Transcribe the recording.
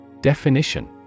Definition